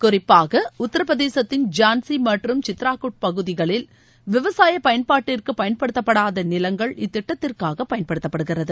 குறிப்பாக உத்தரப்பிரதேசத்தின் ஜான்சி மற்றும் சித்ராகூட் பகுதிகளில் விவசாயப் பயன்பாட்டிற்கு பயன்படுத்தப்படாத நிலங்கள் இத்திட்டத்திற்காக பயன்படுத்தப்படுகிறது